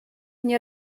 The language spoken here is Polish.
nie